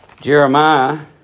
Jeremiah